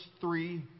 three